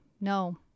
no